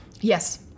Yes